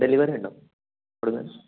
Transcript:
delivery ഉണ്ടോ കൊടുക്കുന്നുണ്ടോ